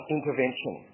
Intervention